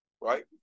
right